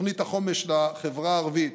תוכנית החומש לחברה הערבית,